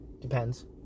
Depends